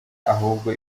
ahubwo